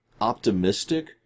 optimistic